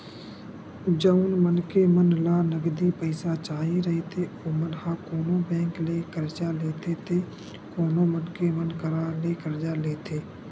जउन मनखे मन ल नगदी पइसा चाही रहिथे ओमन ह कोनो बेंक ले करजा लेथे ते कोनो मनखे मन करा ले करजा लेथे